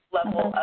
level